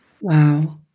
wow